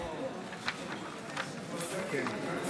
מצביע